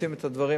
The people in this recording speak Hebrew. עושים את הדברים,